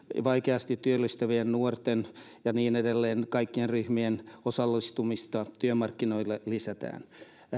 vaikeasti työllistyvien nuorten ja niin edelleen kaikkien ryhmien osallistumista työmarkkinoille lisätään